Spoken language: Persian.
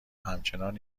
همچنان